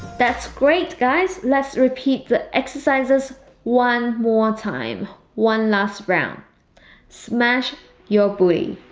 that's great guys, let's repeat the exercises one more time one last round smash your booty